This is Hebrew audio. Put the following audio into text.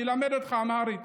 אני אלמד אותך אמהרית.